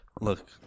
look